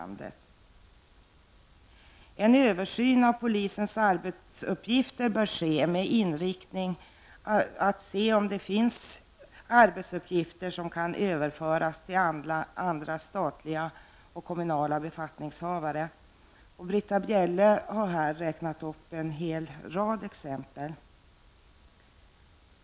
En översyn av polisens arbetsuppgifter bör ske med inriktning på att undersöka om det finns arbetsuppgifter som kan överföras till andra statliga och kommunala befattningshavare. Britta Bjelle har här räknat upp en rad exempel på detta.